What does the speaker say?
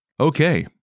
Okay